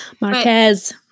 Marquez